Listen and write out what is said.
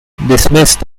dismissed